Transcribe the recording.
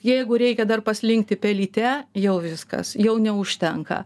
jeigu reikia dar paslinkti pelyte jau viskas jau neužtenka